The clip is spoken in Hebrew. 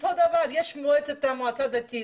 יש מועצה דתית.